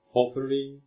offering